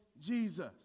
Jesus